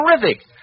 terrific